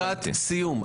אני כבר לקראת סיום,